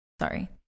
Sorry